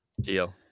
deal